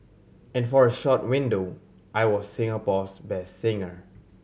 and for a short window I was Singapore's best singer